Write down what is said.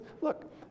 Look